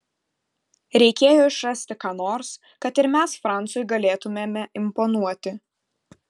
reikėjo išrasti ką nors kad ir mes francui galėtumėme imponuoti